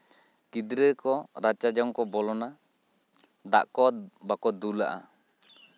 ᱜᱤᱫᱽᱨᱟᱹ ᱠᱚ ᱨᱟᱪᱟ ᱡᱚᱝ ᱠᱚ ᱵᱚᱞᱚᱱᱟ ᱫᱟᱜ ᱠᱚ ᱵᱟᱠᱚ ᱫᱩᱞᱟᱜᱼᱟ